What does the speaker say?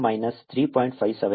01sin 50t 3